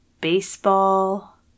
baseball